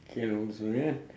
can also eh